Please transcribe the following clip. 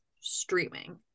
streaming